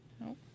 No